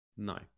No